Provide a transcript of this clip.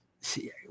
see